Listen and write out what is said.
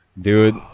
Dude